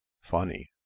funny